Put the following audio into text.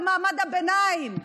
במעמד הביניים.